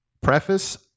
preface